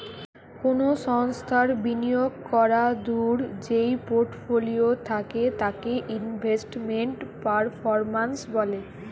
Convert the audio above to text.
কোনো সংস্থার বিনিয়োগ করাদূঢ় যেই পোর্টফোলিও থাকে তাকে ইনভেস্টমেন্ট পারফরম্যান্স বলে